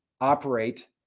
operate